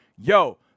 yo